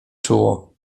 czuło